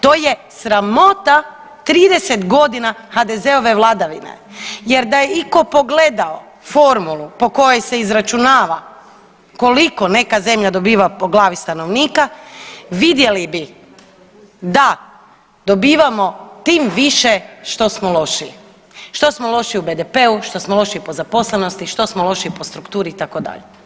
To je sramota 30 godina HDZ-ove vladavine jer da je iko pogledao formulu po kojoj se izračunava koliko neka zemlja dobiva po glavi stanovnika, vidjeli bi da dobivamo tim više što smo lošiji, što smo lošiji u BDP-u, što smo lošiji po zaposlenosti, što smo lošiji po strukturi itd.